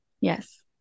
Yes